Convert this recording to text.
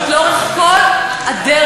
ואתה עוד רוצה להקריא לנו דברים.